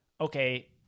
okay